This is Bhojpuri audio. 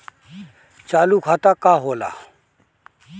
चालू खाता का होला?